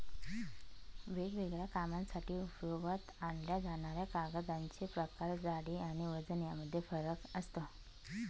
वेगवेगळ्या कामांसाठी उपयोगात आणल्या जाणाऱ्या कागदांचे प्रकार, जाडी आणि वजन यामध्ये फरक असतो